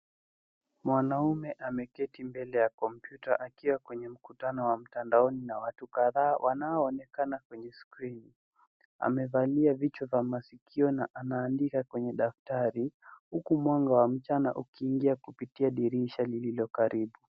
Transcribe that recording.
Mwanaume ameketi mbele ya kompyuta akiwa kwenye mkutano mtandaoni na watu kadhaa wanao onekana kwenye skrini. Amevalia vitu vya maskioni na anaandika kwenye daftari huku mwanga wa mchana ukiingia kupitia dirisha lililo karibu.